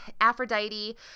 aphrodite